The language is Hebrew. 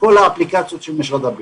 בכל האפליקציות של משרד הבריאות.